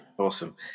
Awesome